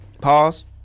Pause